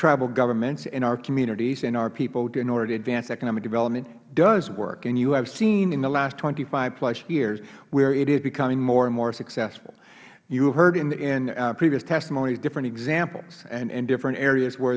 tribal governments in our communities and our people in order to advance economic development does work and you have seen in the last twenty five plus years where it is becoming more and more successful you heard in previous testimony different examples and different areas